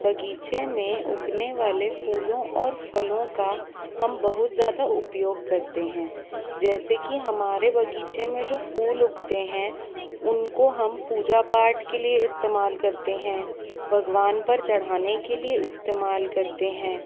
बगीचे में उगने वाले फूलों और फलों का हम बहुत ज़्यादा उपयोग करते हैं जैसे कि हमारे बगीचे में जो फूल उगते हैं उनको हम पूजा पाठ के लिए इस्तेमाल करते हैं भगवान पर चढ़ाने के लिए इस्तेमाल करते हैं